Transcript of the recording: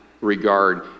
regard